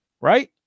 Right